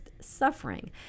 suffering